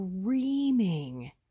screaming